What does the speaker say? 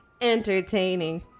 entertaining